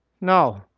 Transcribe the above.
No